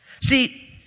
See